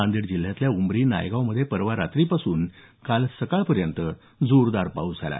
नांदेड जिल्ह्यातल्या उमरी नागयावमध्ये परवा रात्रीपासून काल सकाळपर्यंत जोरदार पाऊस झाला